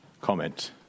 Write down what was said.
comment